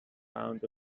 pound